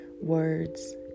words